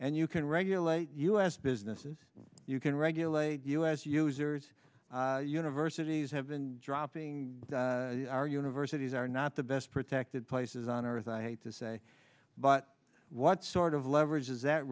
and you can regulate us businesses you can regulate us users universities have been dropping our universities are not the best protected places on earth i hate to say but what sort of leverage does that